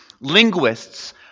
linguists